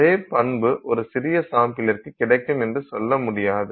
அதே பண்பு ஒரு சிறிய சாம்பிளிற்கு கிடைக்கும் என சொல்ல முடியாது